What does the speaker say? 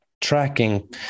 tracking